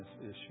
issue